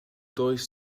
does